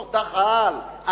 תותח-על.